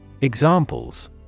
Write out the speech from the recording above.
Examples